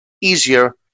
easier